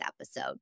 episode